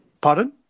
Pardon